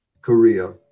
Korea